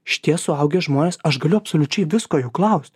šitie suaugę žmonės aš galiu absoliučiai visko jų klaust